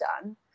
done